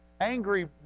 Angry